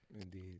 indeed